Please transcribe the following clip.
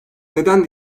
neden